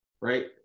right